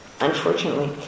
unfortunately